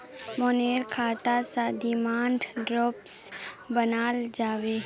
मोहनेर खाता स डिमांड ड्राफ्ट बनाल जाबे